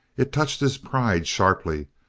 it touched his pride sharply,